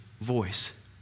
voice